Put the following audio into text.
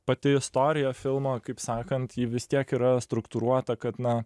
pati istorija filmo kaip sakant ji vis tiek yra struktūruota kad na